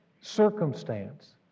circumstance